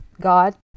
God